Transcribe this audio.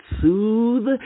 soothe